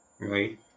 right